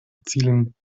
erzielen